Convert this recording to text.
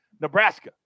Nebraska